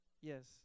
Yes